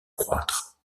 croître